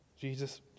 Jesus